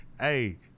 Hey